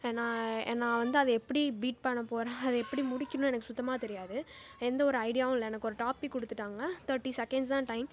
நான் நான் வந்து அதை எப்படி பீட் பண்ண போகிறேன் அதை எப்படி முடிக்கணும்னு எனக்கு சுத்தமாக தெரியாது எந்த ஒரு ஐடியாவும் இல்லை எனக்கு ஒரு டாபிக் கொடுத்துட்டாங்க தேர்ட்டி செகண்ட்ஸ் தான் டைம்